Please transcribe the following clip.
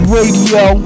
Radio